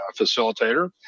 facilitator